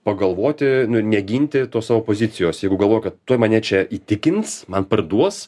pagalvoti nu neginti tos savo pozicijos jeigu galvoja kad tuoj mane čia įtikins man parduos